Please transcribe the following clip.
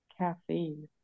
caffeine